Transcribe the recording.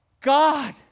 God